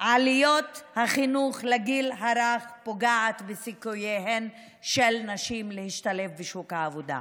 עלויות החינוך לגיל הרך פוגעות בסיכוייהן של נשים להשתלב בשוק העבודה.